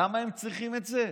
למה הם צריכים את זה?